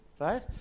right